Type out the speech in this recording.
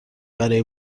برای